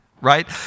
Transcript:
right